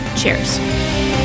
Cheers